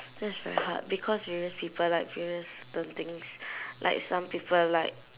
that's very hard because various people like various different things like some people like